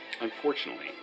Unfortunately